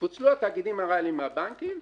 פוצלו התאגידים הריאליים מהבנקים,